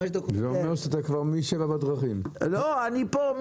זה קורה במטרופולין הגדול של ניו-יורק,